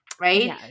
right